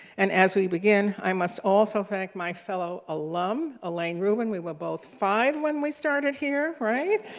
and as we begin i must also thank my fellow alum, elaine rubin we were both five when we started here, right?